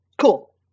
Cool